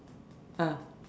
ah